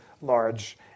large